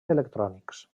electrònics